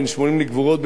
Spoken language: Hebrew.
בן 80 לגבורות,